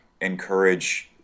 encourage –